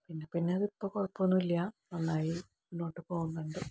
പിന്നെ പിന്നെ അത് ഇപ്പം കുഴപ്പം ഒന്നും ഇല്ല നന്നായി മുന്നോട്ട് പോകുന്നുണ്ട്